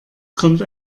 kommt